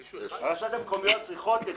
לרשויות המקומיות יש